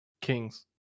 kings